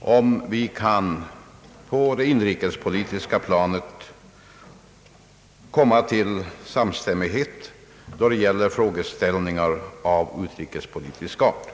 om vi kan på det inrikespolitiska planet komma till samstämmighet då det gäller frågeställningar av utrikespolitisk art.